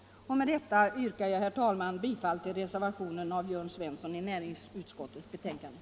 Med detta yrkar jag, herr talman, bifall till reservationen av herr Svensson i Malmö.